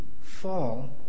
fall